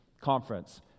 conference